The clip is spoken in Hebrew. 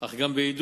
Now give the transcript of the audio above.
אך גם בעידוד,